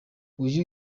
uyu